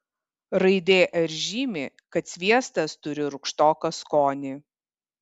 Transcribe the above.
raidė r žymi kad sviestas turi rūgštoką skonį